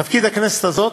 תפקיד הכנסת הזאת,